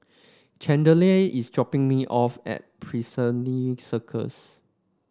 Chandler is dropping me off at Piccadilly Circus